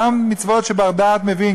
גם מצוות שבר-דעת מבין,